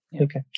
Okay